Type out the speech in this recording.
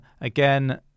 again